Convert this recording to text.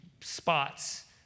spots